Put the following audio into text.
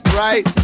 right